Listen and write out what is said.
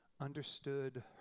understood